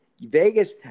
vegas